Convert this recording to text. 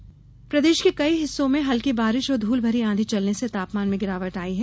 मौसम प्रदेश के कई हिस्सों में हल्की बारिश और धूल भरी आंधी चलने से तापमान में गिरावट आई है